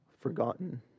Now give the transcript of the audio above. forgotten